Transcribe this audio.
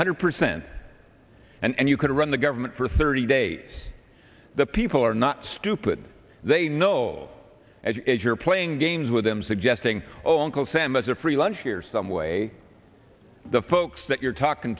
hundred percent and you could run the government for thirty days the people are not stupid they know it you're playing games with them suggesting oh uncle sam is a free lunch here some way the folks that you're talking